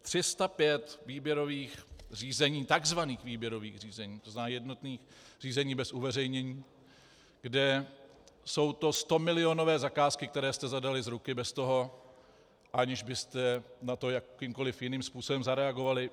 305 výběrových řízení takzvaných výběrových řízení, to znamená jednotných řízení bez uveřejnění, kde jsou to stomilionové zakázky, které jste zadali z ruky bez toho, aniž byste na to jakýmkoliv jiným způsobem zareagovali.